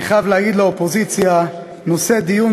אני חייב להגיד לאופוזיציה: נושא הדיון,